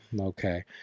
Okay